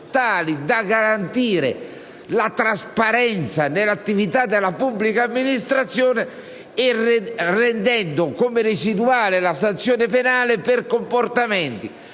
tali da garantire la trasparenza nell'attività della pubblica amministrazione, rendendo residuale la sanzione penale per comportamenti